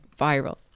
viral